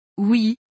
Oui